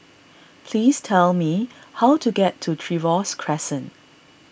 please tell me how to get to Trevose Crescent